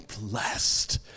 blessed